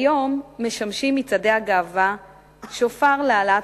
כיום משמשים מצעדי הגאווה שופר להעלאת